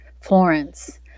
Florence